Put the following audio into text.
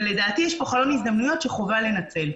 לדעתי, יש פה חלון הזדמנויות שחובה לנצל.